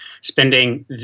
spending